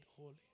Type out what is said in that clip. holy